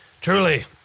Truly